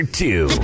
two